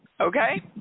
okay